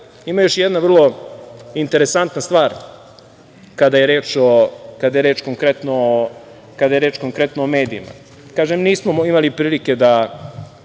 ima još jedna vrlo interesantna stvar kada je reč konkretno o medijima. Kažem, nismo imali prilike da